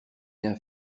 bien